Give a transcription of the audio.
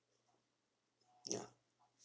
ya